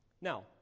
Now